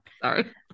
Sorry